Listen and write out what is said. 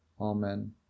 amen